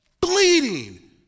bleeding